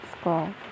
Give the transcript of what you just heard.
school